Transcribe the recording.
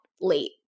late